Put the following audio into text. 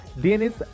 Dennis